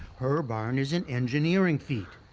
her barn is an engineering feat.